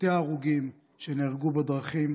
ופרטי ההרוגים שנהרגו בדרכים,